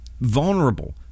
vulnerable